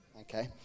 Okay